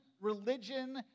religion